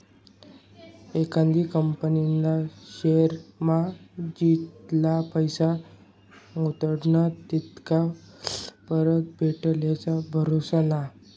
एखादी कंपनीना शेअरमा जितला पैसा गुताडात तितला परतावा भेटी याना भरोसा नै